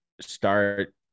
start